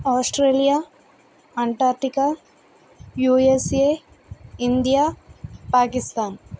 Australia Antarctica USA India Pakistan